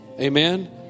Amen